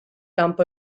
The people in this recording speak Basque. kanpo